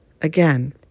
Again